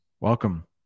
welcome